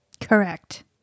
Correct